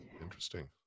Interesting